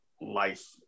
life